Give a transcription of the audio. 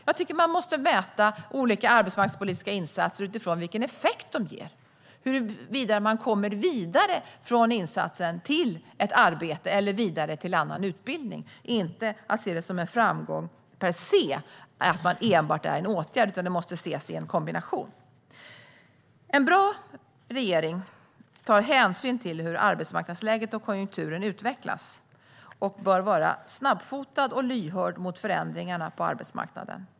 Jag tycker att olika arbetsmarknadspolitiska insatser måste mätas utifrån vilken effekt de ger - huruvida man kommer vidare från insatsen till ett arbete eller annan utbildning. Det ska inte ses som en framgång per se att man är i en åtgärd, utan det måste ses som en kombination. En bra regering tar hänsyn till hur arbetsmarknadsläget och konjunkturen utvecklas och bör vara snabbfotad och lyhörd för förändringarna på arbetsmarknaden.